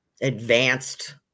advanced